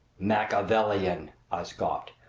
machiavellian! i scoffed.